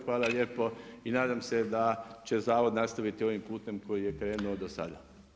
Hvala lijepo i nadam se da će zavod nastaviti ovim putem kojim je krenulo do sada.